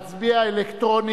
נא להצביע אלקטרונית,